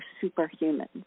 superhuman